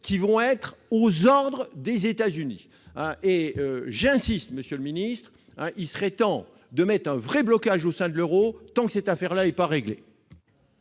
qui vont être aux ordres des États-Unis, et j'insiste, Monsieur le Ministre, ah, il serait temps de mettre un vrai blocage au sein de l'Euro tant que cette affaire-là il pas réglé.